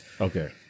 Okay